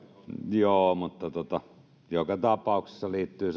joo mutta joka tapauksessa liittyy